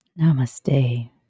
Namaste